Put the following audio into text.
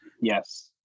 Yes